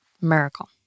Miracle